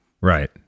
right